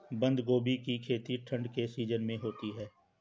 बंद गोभी की खेती ठंड के सीजन में होती है